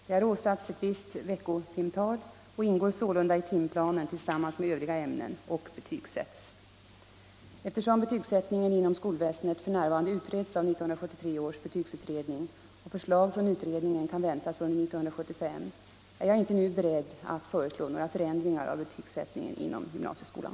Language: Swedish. De har åsatts ett visst veckotimtal och ingår sålunda i timplanen tillsammans med övriga ämnen och betygsätts. Eftersom betygsättningen inom skolväsendet f.n. utreds av 1973 års betygsutredning och förslag från utredningen kan väntas under 1975, är jag inte nu beredd att föreslå några förändringar av betygsättningen inom gymnasieskolan.